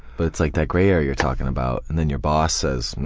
but it's like that gray area you're talking about and then your boss says no,